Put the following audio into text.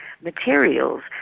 materials